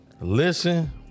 listen